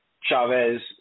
Chavez